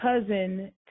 cousin